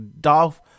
Dolph